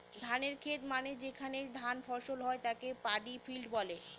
ধানের খেত মানে যেখানে ধান ফসল হয় তাকে পাডি ফিল্ড বলে